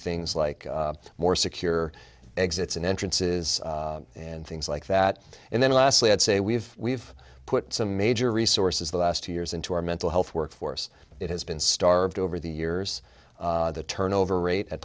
things like more secure exits and entrances and things like that and then lastly i'd say we've we've put some major resources the last two years into our mental health workforce it has been starved over the years the turnover rate at